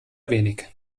wenig